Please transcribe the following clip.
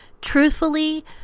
Truthfully